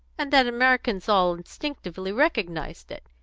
and that americans all instinctively recognised it.